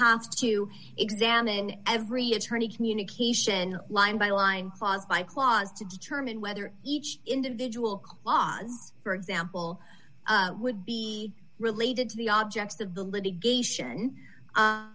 have to examine every attorney communication line by line caused by clause to determine whether each individual ahs for example would be related to the objects of the litigation